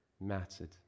mattered